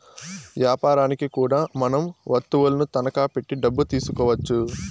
యాపారనికి కూడా మనం వత్తువులను తనఖా పెట్టి డబ్బు తీసుకోవచ్చు